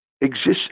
exists